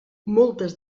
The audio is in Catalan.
moltes